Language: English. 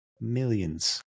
Millions